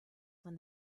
when